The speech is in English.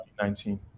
2019